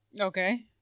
Okay